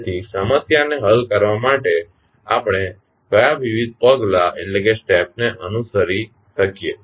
તેથી સમસ્યાને હલ કરવા માટે આપણે કયા વિવિધ પગલાં ને અનુસરી શકીએ